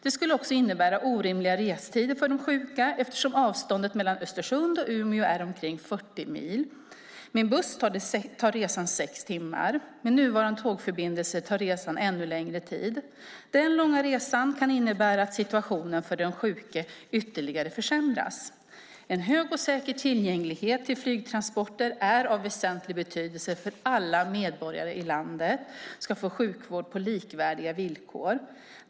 Det skulle också innebära orimliga restider för de sjuka eftersom avståndet mellan Östersund och Umeå är omkring 40 mil. Med buss tar resan sex timmar. Med nuvarande tågförbindelser tar resan ännu längre tid. Den långa resan kan innebära att situationen för den sjuke ytterligare försämras. En hög och säker tillgänglighet till flygtransporter är av väsentlig betydelse för att alla medborgare i landet ska få sjukvård på likvärdiga villkor.